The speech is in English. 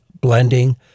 blending